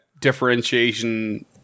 differentiation